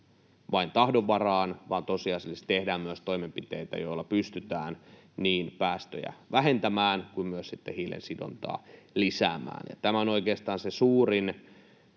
vain tahdon varaan, vaan tosiasiallisesti tehdään myös toimenpiteitä, joilla pystytään niin päästöjä vähentämään kuin myös sitten hiilensidontaa lisäämään. Tämä on oikeastaan se suurin